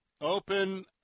Open